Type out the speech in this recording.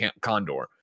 Condor